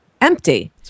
empty